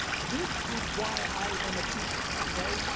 this is why i am a teacher, okay,